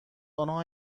آنها